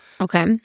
Okay